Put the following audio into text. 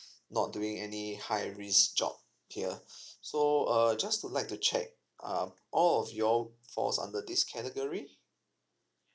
not doing any high rinse job here so err just to like to check um all of you all falls under this category